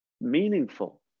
meaningful